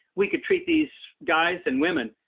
we could treat these guys and women,